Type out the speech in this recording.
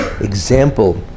example